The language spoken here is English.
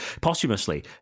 posthumously